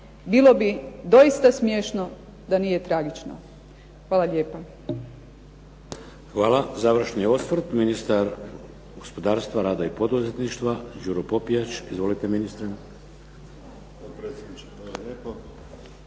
Bilo bi doista smiješno da nije tragično. Hvala lijepa.